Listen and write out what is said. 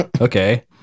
Okay